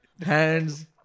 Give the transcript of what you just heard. hands